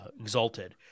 Exalted